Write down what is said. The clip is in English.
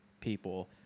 people